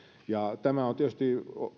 ja tämä on tietysti